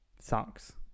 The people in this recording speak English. sucks